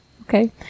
Okay